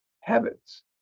habits